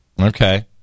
Okay